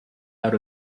out